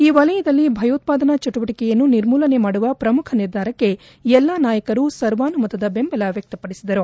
ಈ ವಲಯದಲ್ಲಿ ಭಯೋತ್ವಾದನಾ ಚಟುವಟಿಕೆಯನ್ನು ನಿರ್ಮೂಲನೆ ಮಾಡುವ ಪ್ರಮುಖ ನಿರ್ಧಾರಕ್ಕೆ ಎಲ್ಲಾ ನಾಯಕರು ಸರ್ವಾನುಮತದ ಬೆಂಬಲ ವ್ಲಕ್ತಪಡಿಸಿದರು